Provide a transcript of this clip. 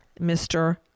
Mr